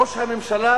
ראש הממשלה,